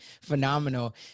phenomenal